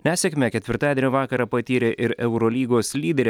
nesėkmę ketvirtadienio vakarą patyrė ir eurolygos lyderė